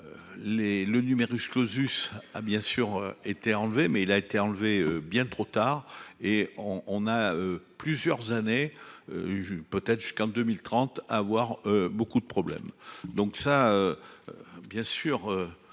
le numerus clausus a bien sûr été enlevée, mais il a été enlevé, bien trop tard et on on a plusieurs années. Je peut-être jusqu'en 2030 à avoir beaucoup de problèmes donc ça. Bien sûr.